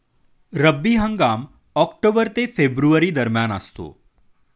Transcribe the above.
रब्बी हंगाम ऑक्टोबर ते फेब्रुवारी दरम्यान असतो